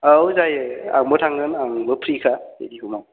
औ जायो आंबो थांगोन आंबो फ्रिखा बिदि समाव